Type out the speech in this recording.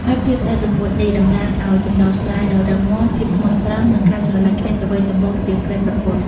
ហើយភាពស្អិតរមួតនេះ តំណាងឲ្យ ចំណងស្នេហ៍ដ៏រឹងមាំ ភាពស្មោះត្រង់ និងការស្រឡាញ់គ្នាទៅវិញទៅមក រវាងប្ដីប្រពន្ធ។